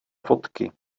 fotky